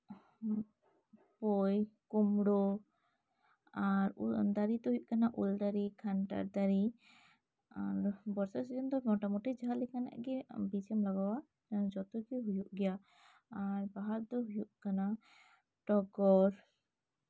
ᱯᱩᱭ ᱠᱩᱢᱲᱳ ᱟᱨ ᱚᱱᱟ ᱫᱟᱨᱮ ᱫᱚ ᱦᱩᱭᱩᱜ ᱠᱟᱱᱟ ᱩᱞ ᱫᱟᱨᱤ ᱠᱷᱟᱱᱴᱟᱲ ᱫᱟᱨᱤ ᱮᱸᱜ ᱵᱚᱨᱥᱟ ᱥᱤᱡᱤᱱ ᱫᱚ ᱢᱚᱴᱟᱢᱩᱴᱤ ᱡᱟᱦᱟᱸᱞᱮᱠᱟᱱᱟᱜ ᱜᱮ ᱵᱤᱪᱮᱢ ᱞᱟᱜᱟᱣᱟ ᱮ ᱡᱚᱛᱚ ᱜᱮ ᱦᱩᱭᱩᱜ ᱜᱮᱭᱟ ᱟᱨ ᱵᱟᱦᱟ ᱫᱚ ᱦᱩᱭᱩᱜ ᱠᱟᱱᱟ ᱴᱚᱜᱚᱨ